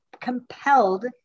compelled